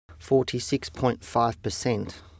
46.5%